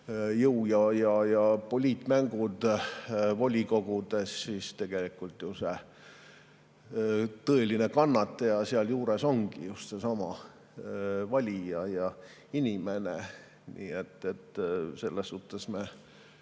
jõu‑ ja poliitmängud, siis tegelikult see tõeline kannataja sealjuures ongi just seesama valija, inimene. Nii et selles suhtes me